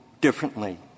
differently